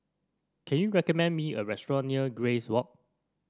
can you recommend me a restaurant near Grace Walk